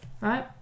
Right